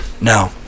No